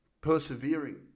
persevering